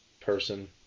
person